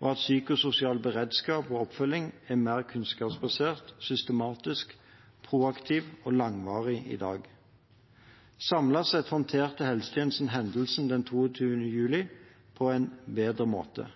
og at psykososial beredskap og oppfølging er mer kunnskapsbasert, systematisk, proaktiv og langvarig i dag. Samlet sett håndterte helsetjenesten hendelsene den 22. juli på en bedre måte.